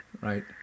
right